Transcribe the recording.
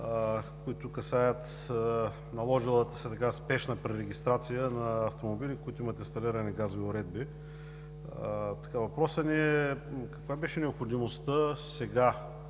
касаещи наложилата се така спешна пререгистрация на автомобили, които имат инсталирани газови уредби. Въпросът ми е: каква беше необходимостта сега